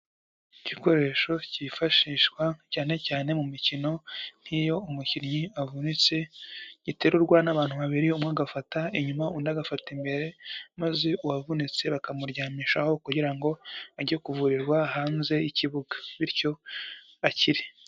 Igikoresho cyifashishwa cyane cyane mu mikino nk'iyo umukinnyi avunitse giterurwa n'abantu babiri umwe agafata inyuma undi agafata imbere, maze uwavunitse bakamuryamishaho kugira ngo ajye kuvurirwa hanze y'ikibuga bityo akire.